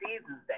seasons